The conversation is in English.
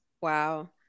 Wow